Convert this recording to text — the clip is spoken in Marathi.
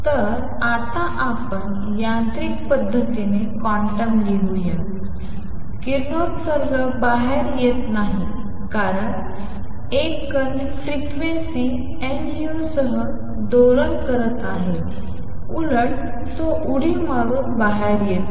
तर आता आपण यांत्रिक पद्धतीने क्वांटम लिहूया किरणोत्सर्ग बाहेर येत नाही कारण एक कण फ्रिक्वेंसी एनयू सह दोलन करत आहे उलट तो उडी मारून बाहेर येतो